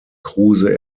kruse